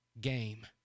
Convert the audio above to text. game